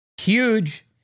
Huge